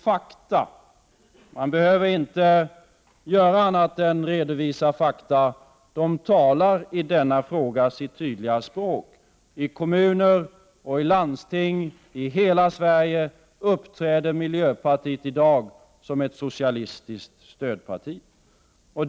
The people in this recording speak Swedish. Fakta — man behöver inte göra annat än att redovisa fakta — talar i denna fråga sitt tydliga språk: I kommuner och landsting i hela Sverige uppträder miljöpartiet i dag som ett socialistiskt stödparti.